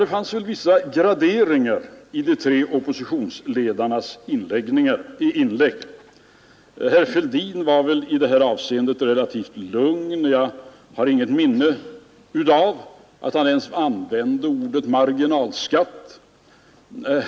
Det finns vissa graderingar i de tre oppositionsledarnas inlägg. Herr Fälldin var i detta avseende relativt lugn. Jag har inget minne av att han ens använde ordet marginalskatt.